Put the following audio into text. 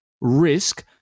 Risk